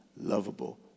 lovable